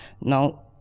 Now